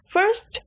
First